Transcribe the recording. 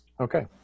Okay